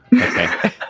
Okay